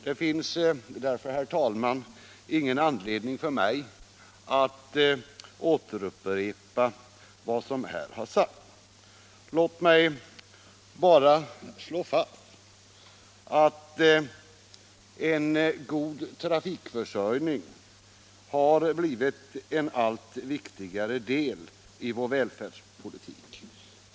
Det finns, herr talman, ingen anledning för mig att nu upprepa vad som sålunda redan redovisats. Låt mig bara slå fast att en god trafikförsörjning har blivit en allt viktigare del i vår välfärdspolitik.